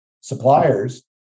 suppliers